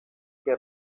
que